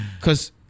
cause